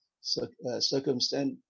circumstance